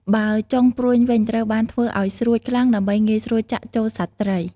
បើចុងព្រួញវិញ ត្រូវបានធ្វើឲ្យស្រួចខ្លាំងដើម្បីងាយស្រួលចាក់ចូលសាច់ត្រី។